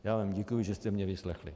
Já vám děkuji, že jste mě vyslechli.